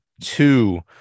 two